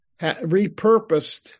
repurposed